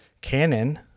Canon